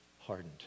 hardened